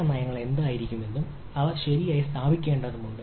സുരക്ഷാ നയങ്ങൾ എന്തായിരിക്കും ശരിയായി സ്ഥാപിക്കേണ്ടത്